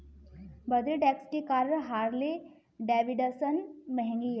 बढ़ते टैक्स के कारण हार्ले डेविडसन महंगी हैं